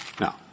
Now